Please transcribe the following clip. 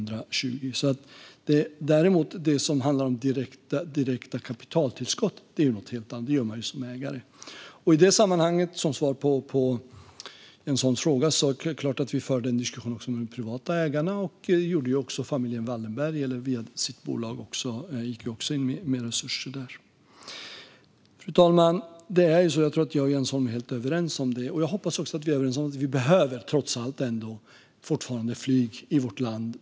Det som däremot handlar om direkta kapitaltillskott är något helt annat; det gör man som ägare. I detta sammanhang, som svar på Jens Holms fråga, är det klart att vi för en diskussion också med de privata ägarna. Familjen Wallenberg gick via sitt bolag in med resurser. Fru talman! Jag tror att jag och Jens Holm är helt överens om detta. Jag hoppas att vi också är överens om vi, trots allt, fortfarande behöver flyg i vårt land.